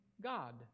God